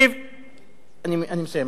אדוני, אני מסיים.